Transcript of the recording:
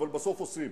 אבל בסוף עושים: